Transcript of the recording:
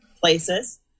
places